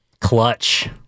Clutch